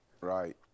Right